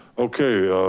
okay.